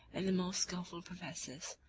and the most skilful professors,